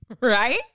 Right